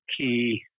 key